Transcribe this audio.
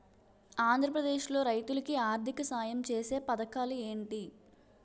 ఆంధ్రప్రదేశ్ లో రైతులు కి ఆర్థిక సాయం ఛేసే పథకాలు ఏంటి?